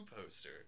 poster